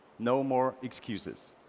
no more excuses.